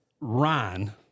Ryan